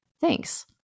Thanks